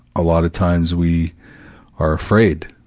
a lot of times we are afraid